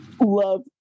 love